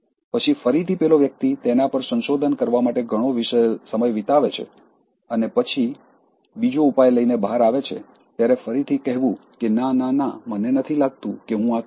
પછી ફરીથી પેલો વ્યક્તિ તેના પર સંશોધન કરવા માટે ઘણો સમય વિતાવે છે અને પછી બીજો ઉપાય લઈને બહાર આવે છે ત્યારે ફરીથી કહેવું કે ના ના ના મને નથી લાગતું કે હું આ કરીશ